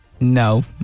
No